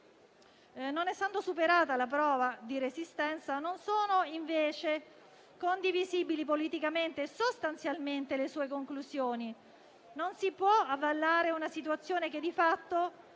non essendo superata la prova di resistenza, non sono invece condivisibili politicamente e sostanzialmente le sue conclusioni. Non si può avallare una situazione che di fatto